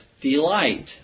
Delight